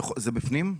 זה בפנים?